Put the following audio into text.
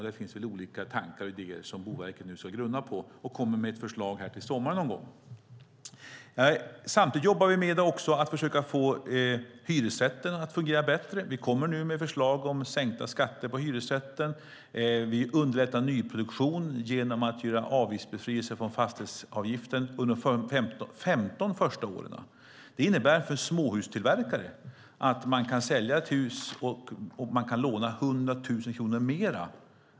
Det finns en del olika tankar och idéer som Boverket nu ska grunna på, och de kommer med ett förslag någon gång till sommaren. Samtidigt jobbar vi också med att försöka få hyresrätten att fungera bättre. Vi kommer nu med förslag om sänkta skatter på hyresrätten. Vi underlättar nyproduktion genom att införa avgiftsbefrielse från fastighetsavgiften under de 15 första åren. Det innebär att småhustillverkare kan sälja ett hus och låna 100 000 kronor mer.